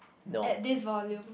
at this volume